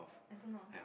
I don't know